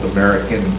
American